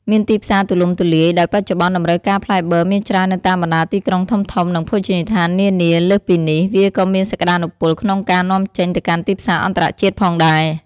មានទីផ្សារទូលំទូលាយ ដោយបច្ចុប្បន្នតម្រូវការផ្លែបឺរមានច្រើននៅតាមបណ្ដាទីក្រុងធំៗ និងភោជនីយដ្ឋាននានា លើសពីនេះ វាក៏មានសក្ដានុពលក្នុងការនាំចេញទៅកាន់ទីផ្សារអន្តរជាតិផងដែរ។